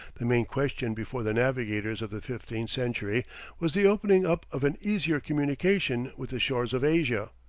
the main question before the navigators of the fifteenth century was the opening up of an easier communication with the shores of asia.